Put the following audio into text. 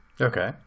Okay